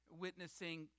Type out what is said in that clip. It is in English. witnessing